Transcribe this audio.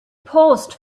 paused